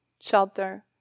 shelter